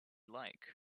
like